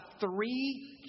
three